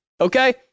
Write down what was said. okay